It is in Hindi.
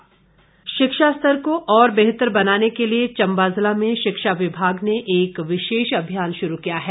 विशेष अभियान शिक्षा स्तर को और बेहतर बनाने के लिए चंबा जिला में शिक्षा विभाग ने एक विशेष अभियान शुरू किया है